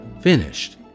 Finished